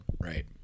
right